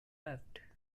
left